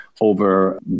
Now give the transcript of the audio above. over